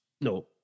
no